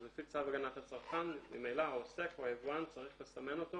לפי צו הגנת הצרכן ממילא העוסק או היבואן צריך לסמן אותו